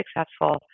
successful